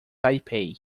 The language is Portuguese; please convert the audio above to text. taipei